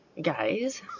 guys